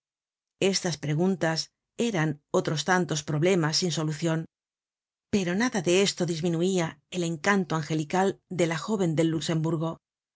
estas preguntas eran otros tantos problemas sin solucion pero nada de esto disminuia el encanto angelical de la jóven del luxemburgo oh